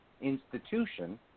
institution